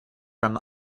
from